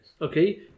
Okay